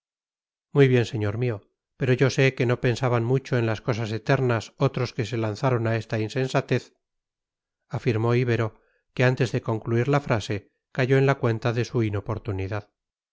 muy bien señor mío pero yo sé que no pensaban mucho en las cosas eternas otros que se lanzaron a esta insensatez afirmó ibero que antes de concluir la frase cayó en la cuenta de su inoportunidad